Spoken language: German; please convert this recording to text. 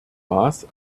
maß